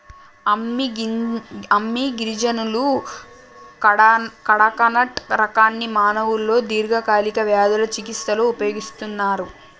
అమ్మి గిరిజనులు కడకనట్ రకాన్ని మానవులలో దీర్ఘకాలిక వ్యాధుల చికిస్తలో ఉపయోగిస్తన్నరు